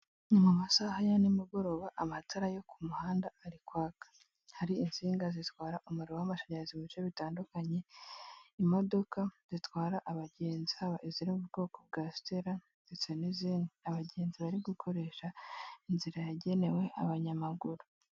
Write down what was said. Ni mu masaha ya ni mugoroba, amatara yo ku muhanda ari kwaka, hari insinga zitwara umuriro w'amashanyazi mu bice bitandukanye, imodoka zitwara abagenzi haba iziri mu bwoko bwa stela, ndetse n'izindi, abagenzi bari gukoresha inzira yagenewe abanyamaguru.